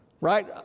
right